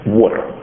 water